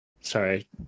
sorry